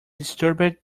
disturbed